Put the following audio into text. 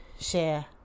share